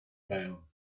bail